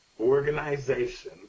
organization